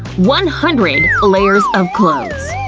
one hundred layers of clothes!